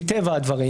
מטבע הדברים,